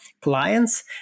clients